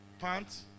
Pants